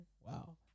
wow